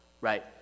right